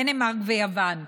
דנמרק ויוון,